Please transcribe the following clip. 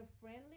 friendly